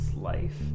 life